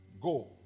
Go